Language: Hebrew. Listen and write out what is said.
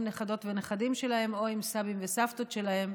נכדות ונכדים שלהם או עם סבים וסבתות שלהם,